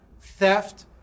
theft